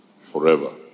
Forever